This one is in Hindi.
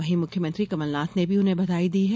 वहीं मुख्यमंत्री कमलनाथ ने भी उन्हें बधाई दी है